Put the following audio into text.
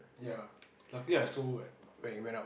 ya lucky I sold at when it went up